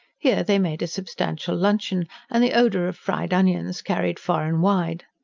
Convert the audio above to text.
here they made a substantial luncheon and the odour of fried onions carried far and wide.